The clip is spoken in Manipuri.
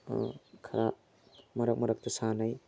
ꯈꯔ ꯃꯔꯛ ꯃꯔꯛꯇ ꯁꯥꯟꯅꯩ